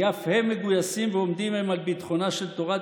כי אף הם מגויסים ועומדים הם על ביטחונה של תורת